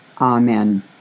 Amen